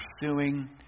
pursuing